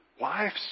Wives